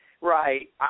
Right